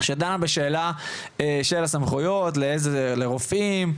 שדנה בשאלה של הסמכויות ואיזה רופאים,